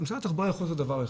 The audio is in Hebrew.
משרד התחבורה יכול לעשות דבר אחד,